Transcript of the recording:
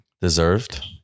Deserved